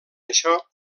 això